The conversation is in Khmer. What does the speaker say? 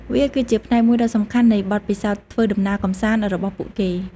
វាគឺជាផ្នែកមួយដ៏សំខាន់នៃបទពិសោធន៍ធ្វើដំណើរកម្សាន្តរបស់ពួកគេ។